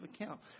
account